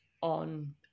on